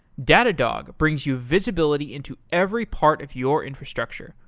datadog brings you visibility into every part of your infrastructure,